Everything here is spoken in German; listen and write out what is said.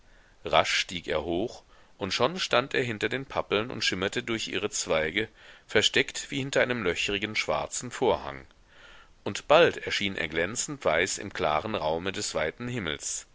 rasch stieg er hoch und schon stand er hinter den pappeln und schimmerte durch ihre zweige versteckt wie hinter einem löchrigen schwarzen vorhang und bald erschien er glänzend weiß im klaren raume des weiten himmels